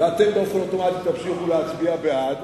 ואתם באופן אוטומטי תמשיכו להצביע בעד.